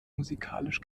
musikalisch